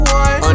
one